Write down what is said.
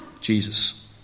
Jesus